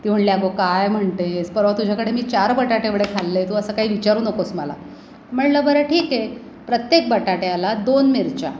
ती म्हणली अगं काय म्हणतेस परवा तुझ्याकडे मी चार बटाटेवडे खाल्ले तू असं काही विचारू नकोस मला म्हणलं बरं ठीक आहे प्रत्येक बटाट्याला दोन मिरच्या